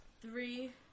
Three